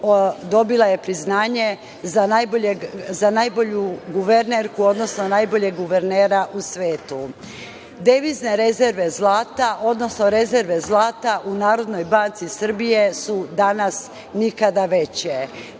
dobila je priznanje za najbolju guvernerku, odnosno najboljeg guvernera u svetu. Devizne rezerve zlata, odnosno rezerve zlata u Narodnoj banci Srbije su danas nikada veće.